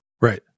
Right